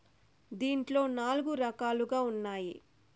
దీంట్లో నాలుగు రకాలుగా ఉన్నాయి